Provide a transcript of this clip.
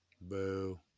Boo